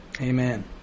Amen